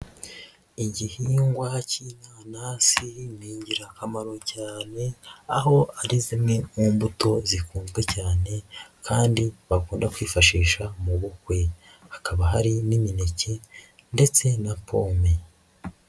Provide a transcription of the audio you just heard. Igihingwa k'inanasi ni ingirakamaro cyane aho ari zimwe mu mbuto zikunzwe cyane kandi bakunda kwifashisha mu bukwe. Hakaba hari n'imineke ndetse na pome.